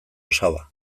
osaba